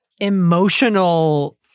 emotional